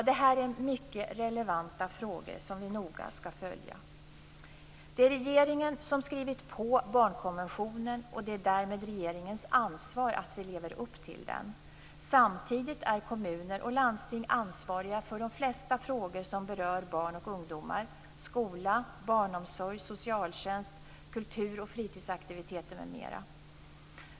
Detta är mycket relevanta frågor som vi noga skall följa. Det är regeringen som skrivit på barnkonventionen, och det är därmed regeringens ansvar att vi lever upp till den. Samtidigt är kommuner och landsting ansvariga för de flesta frågor som berör barn och ungdomar; skola, barnomsorg, socialtjänst, kulturoch fritidsaktiviteter m.m.